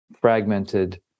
fragmented